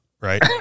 Right